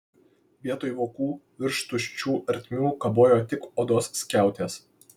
vietoj vokų virš tuščių ertmių kabojo tik odos skiautės